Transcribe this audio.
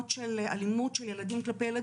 הילדים.